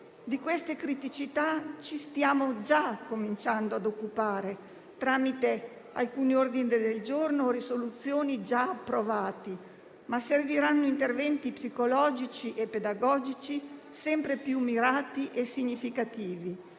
Di queste criticità ci stiamo già cominciando ad occupare tramite alcuni ordini del giorno o risoluzioni già approvati, ma serviranno interventi psicologici e pedagogici sempre più mirati e significativi